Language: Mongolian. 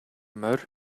морь